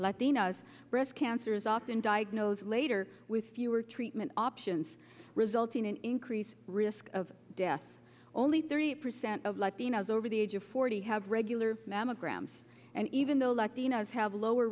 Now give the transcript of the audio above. latinas breast cancer is often diagnosed later with fewer treatment options resulting in increased risk of death only thirty percent of latinas over the age of forty have regular mammograms and even though latinos have lower